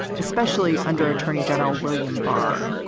especially under attorney general william barr.